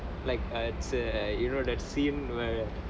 like err it's a you know that scene where